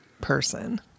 person